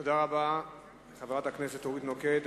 תודה רבה לחברת הכנסת אורית נוקד.